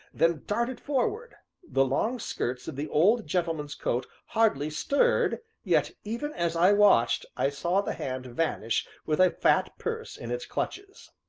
then darted forward the long skirts of the old gentleman's coat hardly stirred, yet, even as i watched, i saw the hand vanish with a fat purse in its clutches.